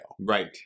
right